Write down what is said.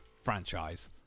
franchise